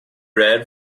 read